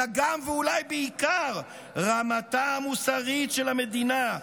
אלא גם, ואולי בעיקר, רמתה המוסרית של המדינה,